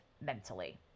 mentally